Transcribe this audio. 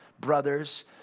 brothers